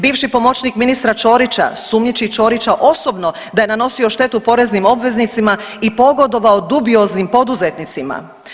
Bivši pomoćnik ministra Ćorića sumnjiči Ćorića osobno da je nanosio štetu poreznim obveznicima i pogodovao dubioznim poduzetnicima.